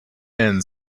men